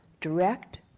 direct